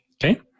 Okay